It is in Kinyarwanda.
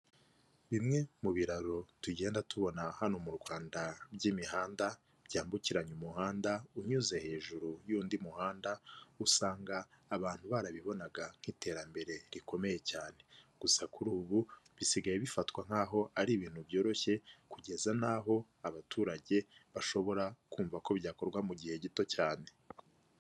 Bimwe mu biraro tugenda tubona hano mu Rwanda by'imihanda byambukiranya umuhanda unyuze hejuru y'undi muhanda, usanga abantu barabibonaga nk'iterambere rikomeye cyane. Gusa kuri ubu bisigaye bifatwa nk'aho ari ibintu byoroshye, kugeza n'aho abaturage bashobora kumva ko byakorwa mu gihe gito cyane.